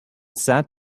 sat